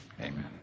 amen